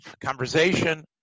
conversation